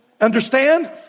Understand